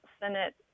Senate